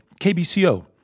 KBCO